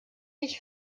nicht